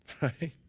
right